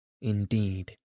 indeed